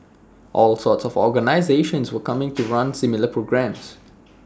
all sorts of organisations were coming to run similar programmes